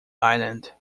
island